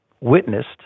witnessed